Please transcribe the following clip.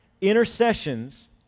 intercessions